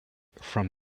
from